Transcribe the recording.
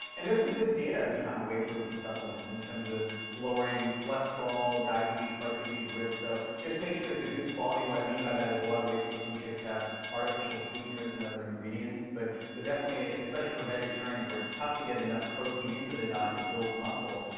and there's some good data behind whey protein supplements in terms of lowering cholesterol, diabetes, heart disease risk. so just make sure it's a good quality. what i mean by that is a lot of whey protein shakes have artificial sweeteners and other ingredients. but but especially for vegetarians, where it's tough to get enough protein into the diet to build muscle,